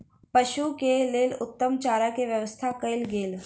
पशु के लेल उत्तम चारा के व्यवस्था कयल गेल